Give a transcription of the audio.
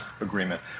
agreement